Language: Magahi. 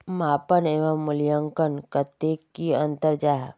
मापन एवं मूल्यांकन कतेक की अंतर जाहा?